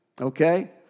okay